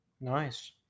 Nice